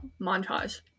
montage